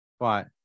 Right